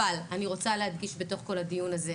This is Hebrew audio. אבל, אני רוצה להדגיש בתוך כל הדיון הזה,